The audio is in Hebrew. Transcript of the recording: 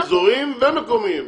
אזוריים ומקומיים,